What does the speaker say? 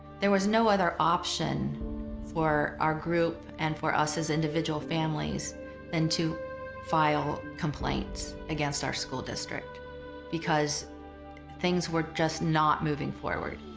there was no other option for our group and for us as individual families than to file complaints against our school district because things were just not moving forward.